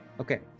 okay